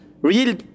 Real